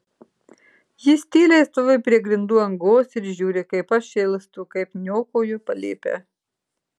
jis tyliai stovi prie grindų angos ir žiūri kaip aš šėlstu kaip niokoju palėpę